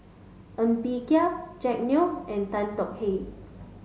Ng Bee Kia Jack Neo and Tan Tong Hye